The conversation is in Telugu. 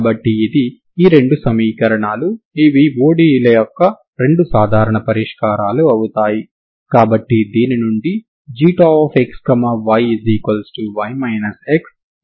కాబట్టి అటువంటి సరిహద్దు విలువ సమస్యను డి' ఆలెంబెర్ట్ పరిష్కారాన్ని ఉపయోగించడం ద్వారా పరిష్కరించవచ్చు